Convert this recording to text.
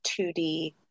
2d